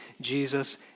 Jesus